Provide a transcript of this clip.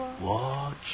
Watch